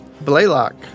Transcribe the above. Blaylock